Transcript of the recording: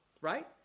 right